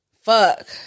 Fuck